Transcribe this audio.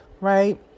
right